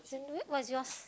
what is yours